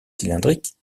cylindriques